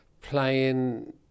playing